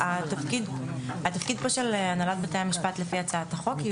התפקיד פה של הנהלת בתי המשפט לפי הצעת החוק היא